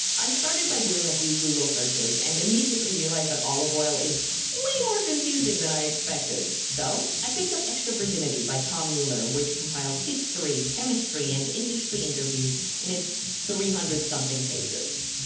i started by doing a few google searches and immediately realized that olive oil is way more confusing than i expected. so i picked up extra virginity by tom mueller which compiled history, chemistry and industry interviews and it's three hundred something pages.